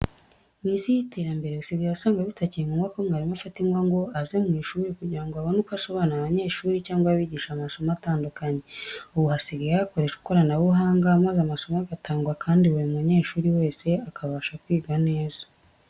Mu isi y'iterambere usigaye usanga bitakiri ngombwa ko mwarimu afata ingwa ngo aze mu ishuri kugira ngo abone uko asobanurira abanyeshuri cyangwa abigisha amasomo atandukanye. Ubu hasigaye hakoreshwa ikoranabuhanga maze amasomo agatangwa kandi buri munyeshuri wese akabasha kwiga neza.